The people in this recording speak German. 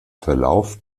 verlauf